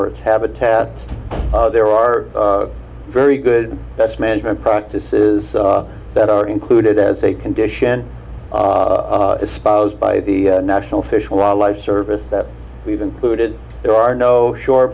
earth habitat there are very good that's management practices that are included as a condition espoused by the national fish wildlife service that we've included there are no shor